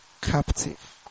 captive